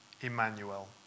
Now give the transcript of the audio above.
Emmanuel